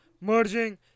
merging